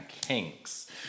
kinks